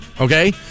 okay